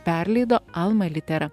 perleido alma littera